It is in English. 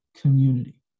community